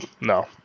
no